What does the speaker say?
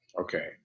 okay